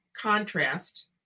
contrast